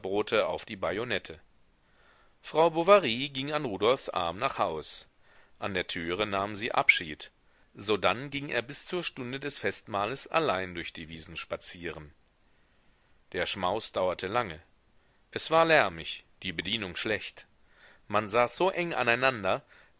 auf die bajonette frau bovary ging an rudolfs arm nach haus an der türe nahmen sie abschied sodann ging er bis zur stunde des festmahles allein durch die wiesen spazieren der schmaus dauerte lange es war lärmig die bedienung schlecht man saß so eng aneinander